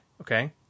Okay